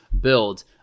build